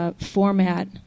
Format